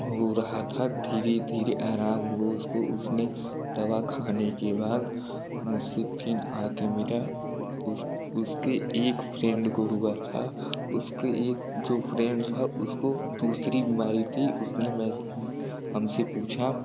हो रहा था धीरे धीरे आराम हो उसको उसने दवा खाने के बाद मुझसे फिन आके मिला उसको उसके एक फ़्रेंड को हुआ था उसके एक जो फ़्रेंड्स था उसको दूसरी बीमारी थी उसने मेरेसे हमसे पूछा